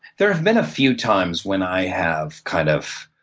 there have been a few times when i have kind of